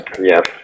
yes